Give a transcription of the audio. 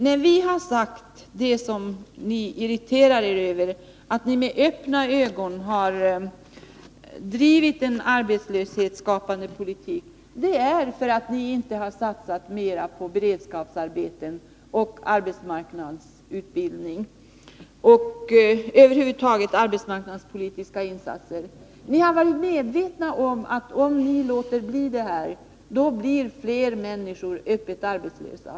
När vi har sagt, vilket ni irriterar er över, att ni med öppna ögon har drivit en arbetslöshetsskapande politik, är det för att ni inte har satsat mer på beredskapsarbeten och arbetsmarknadsutbildning, på arbetsmarknadspolitiska insatser över huvud taget. Ni har varit medvetna om att om ni lät bli att göra något skulle fler människor bli öppet arbetslösa.